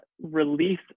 release